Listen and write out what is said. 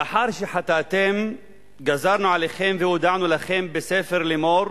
לאחר שחטאתם גזרנו עליכם והודענו לכם בספר, לאמור,